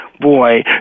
boy